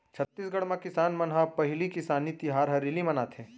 छत्तीसगढ़ म किसान मन ह पहिली किसानी तिहार हरेली मनाथे